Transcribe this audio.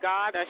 God